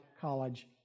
college